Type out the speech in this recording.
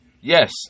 yes